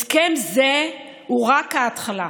הסכם זה הוא רק ההתחלה.